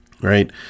Right